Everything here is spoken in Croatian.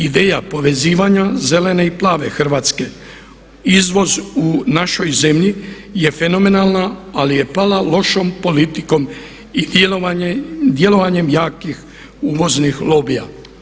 Ideja povezivanja zelene i plave Hrvatske, izvoz u našoj zemlji je fenomenalna ali je pala lošom politikom i djelovanjem lakih uvoznih lobija.